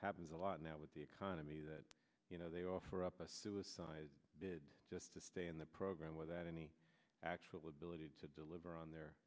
happens a lot now with the economy that you know they offer up a suicide bid just to stay in the program without any actual ability to deliver on their